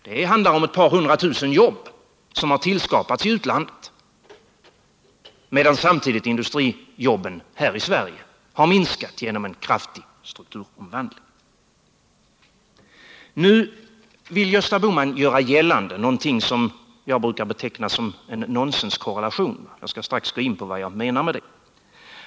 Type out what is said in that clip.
Det handlar om ett par hundra tusen jobb som tillskapats i utlandet, medan samtidigt industrijobben här i Sverige har minskat genom en kraftig strukturomvandling. Nu vill Gösta Bohman göra gällande någonting som jag brukar beteckna som en nonsenskorrelation. Jag skall strax gå in på vad jag menar med det.